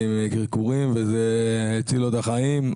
זה הציל לו את החיים.